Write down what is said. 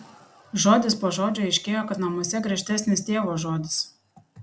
žodis po žodžio aiškėjo kad namuose griežtesnis tėvo žodis